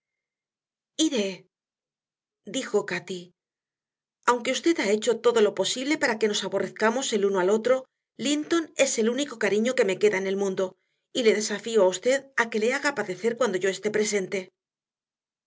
dijo cati aunque usted ha hecho todo lo posible para que nos aborrezcamos el uno al otro linton es el único cariño que me queda en el mundo y le desafío a usted a que le haga padecer cuando yo esté presente